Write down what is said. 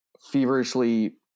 feverishly